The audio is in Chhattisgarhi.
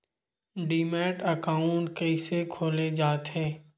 डीमैट अकाउंट कइसे खोले जाथे?